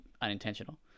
unintentional